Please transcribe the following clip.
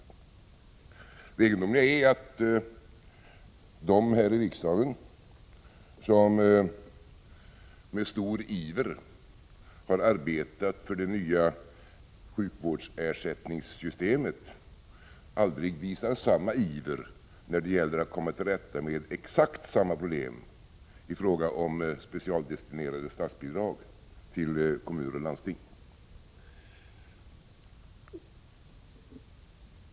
Det egendomliga är att de här i riksdagen som med stor iver har arbetat för det nya sjukvårdsersättningssystemet aldrig visar samma iver när det gäller att komma till rätta med exakt samma problem i fråga om specialdestinerade statsbidrag till kommuner och landsting.